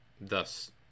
Thus